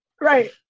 right